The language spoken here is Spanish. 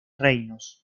reinos